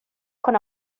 con